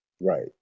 Right